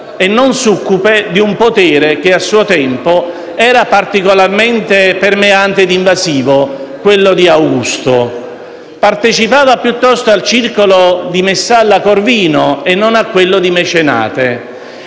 e non succube di un potere che, al suo tempo, era particolarmente permeante e invasivo, quello di Augusto. Partecipava piuttosto al circolo di Messalla Corvino e non a quello di Mecenate